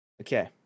Okay